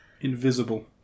Invisible